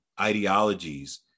ideologies